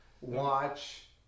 Watch